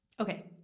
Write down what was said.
Okay